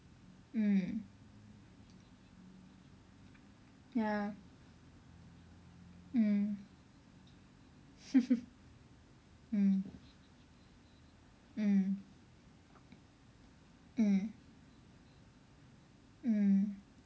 mm ya mm mm mm mm mm